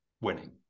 winning